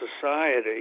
society